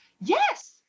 yes